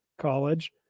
college